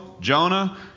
Jonah